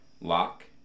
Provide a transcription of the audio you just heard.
lock